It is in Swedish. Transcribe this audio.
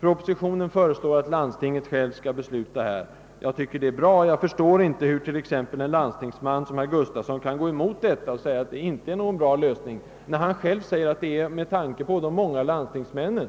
Propositionen föreslår att landstinget självt skall besluta i detta avseende. Jag tycker att detta är bra. Jag förstår inte hur exempelvis en landstingsman som herr Gustafsson i Barkarby kan gå emot detta förslag och säga att det inte är en bra lösning av hänsyn till det stora flertalet landstingsmän.